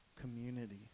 community